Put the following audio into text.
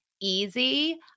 easy